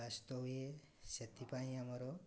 ସ୍ୱାସ୍ଥ୍ୟ ହୁଏ ସେଥିପାଇଁ ଆମର